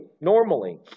normally